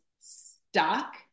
stuck